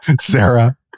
Sarah